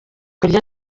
kurya